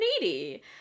needy